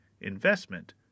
investment